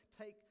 take